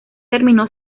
terminó